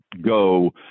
go